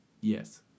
Yes